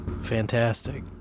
Fantastic